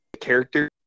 character